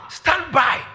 standby